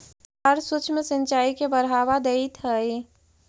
सरकार सूक्ष्म सिंचाई के बढ़ावा देइत हइ